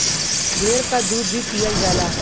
भेड़ क दूध भी पियल जाला